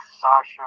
Sasha